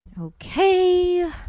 Okay